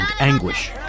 anguish